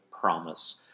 promise